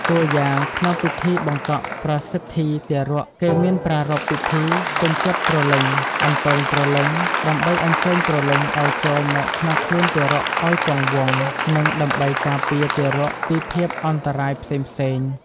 តួយ៉ាង ក្នុងពិធីបង្កក់ប្រសិទ្ធីទារក គេមានប្រារព្ធពិធី ជញ្ជាត់ព្រលឹង អន្ទងព្រលឹងដើម្បីអញ្ជើញព្រលឹងឱ្យចូលមកក្នុងខ្លួនទារកឱ្យគង់វង្ស និងដើម្បីការពារទារកពីភាពអន្តរាយផ្សេងៗ។